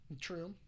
True